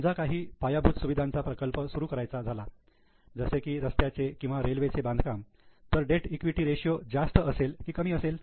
समजा काही पायाभूत सुविधांचा प्रकल्प सुरू करायचा झाला जसे की रस्त्याचे किंवा रेल्वेचे बांधकाम तर डेट ईक्विटी रेशियो जास्त असेल की कमी असेल